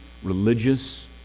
religious